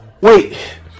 Wait